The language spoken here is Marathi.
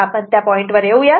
आपण त्या पॉईंटवर येऊयात